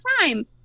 time